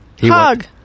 Hug